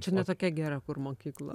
čia ne tokia gera kur mokykla